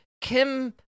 Kim